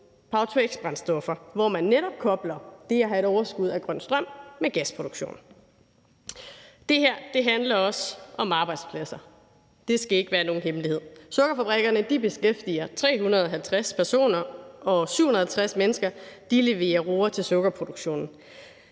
power-to-x-brændstoffer, hvor man netop kobler det at have et overskud af grøn strøm med gasproduktion. Det her handler også om arbejdspladser. Det skal ikke være nogen hemmelighed. Sukkerfabrikkerne beskæftiger 350 personer, og 750 mennesker leverer roer til sukkerproduktionen.